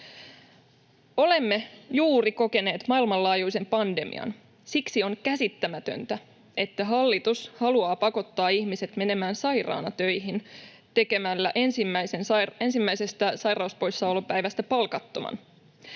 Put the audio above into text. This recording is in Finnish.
Olemme juuri kokeneet maailmanlaajuisen pandemian. Siksi on käsittämätöntä, että hallitus haluaa pakottaa ihmiset menemään sairaana töihin tekemällä ensimmäisestä sairauspoissaolopäivästä palkattoman.